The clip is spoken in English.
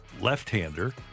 left-hander